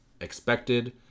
expected